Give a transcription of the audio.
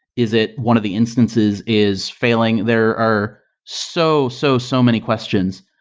is it one of the instances is failing? there are so, so, so many questions,